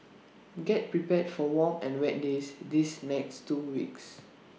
get prepared for warm and wet days these next two weeks